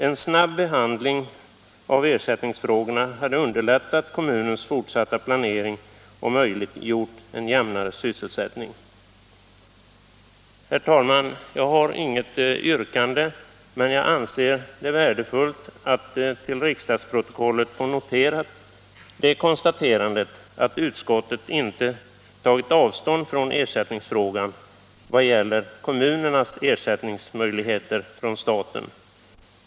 En snabb behandling av ersättningsfrågorna hade underlättat kommunens fortsatta planering och möjliggjort en jämnare sysselsättning. Herr talman! Jag har inget yrkande, men jag anser det värdefullt att till riksdagsprotokollet få noterat det konstaterandet att utskottet inte tagit avstånd från ersättningsfrågan vad gäller kommunernas möjligheter att få ersättning från staten.